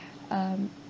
um